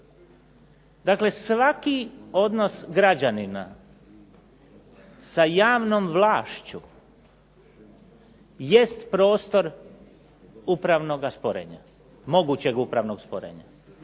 Dakle, svaki odnos građanina sa javnom vlašću jest prostor mogućeg upravnog sporenja.